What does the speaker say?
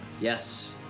Yes